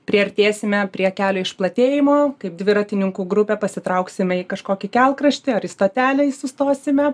priartėsime prie kelio išplatėjimo kaip dviratininkų grupė pasitrauksime į kažkokį kelkraštį ar į stotelėj sustosime